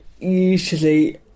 usually